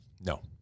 No